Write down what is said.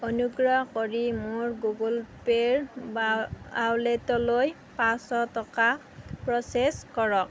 অনুগ্ৰহ কৰি মোৰ গুগল পে'ৰ ৱালেটলৈ পাঁচশ টকা প্ৰ'চেছ কৰক